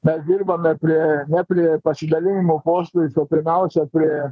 mes dirbame prie ne prie pasidalinimo postais o pirmiausia prie